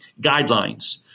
guidelines